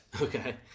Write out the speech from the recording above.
Okay